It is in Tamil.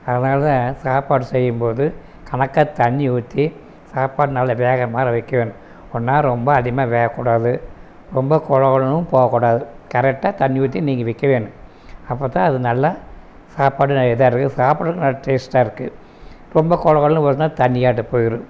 அதனால்தான் சாப்பாடு செய்யும்போது கணக்காக தண்ணி ஊற்றி சாப்பாடு நல்லா வேகற மாதிரி வைக்க வேணும் ஒண்ணா ரொம்ப அதிகமாக வேகக்கூடாது ரொம்ப கொழ கொழன்னும் போகக்கூடாது கரெக்டாக தண்ணி ஊற்றி நீங்க வைக்க வேணும் அப்போதான் அது நல்லா சாப்பாடெலாம் இதாக இருக்கு சாப்பாடறுக்கும் நல்லா டேஸ்டாக இருக்கும் ரொம்ப கொழ கொழன்னு போச்சுனா தண்ணியாட்டம் போயிடும்